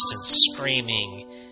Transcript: screaming